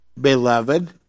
beloved